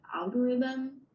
algorithm